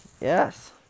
Yes